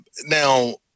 now